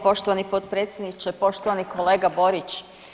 Poštovani potpredsjedniče, poštovani kolega Borić.